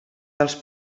dels